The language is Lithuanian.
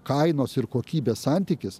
kainos ir kokybės santykis